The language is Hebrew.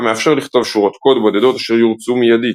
המאפשר לכתוב שורות קוד בודדות אשר יורצו מידית.